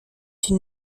une